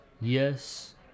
Yes